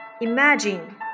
imagine